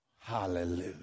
Hallelujah